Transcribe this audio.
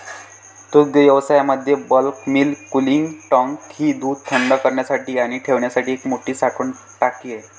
दुग्धव्यवसायामध्ये bulk milk cooling tank ही दूध थंड करण्यासाठी आणि ठेवण्यासाठी एक मोठी साठवण टाकी आहे